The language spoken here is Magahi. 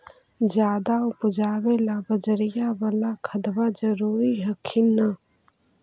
ज्यादा उपजाबे ला बजरिया बाला खदबा जरूरी हखिन न?